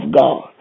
God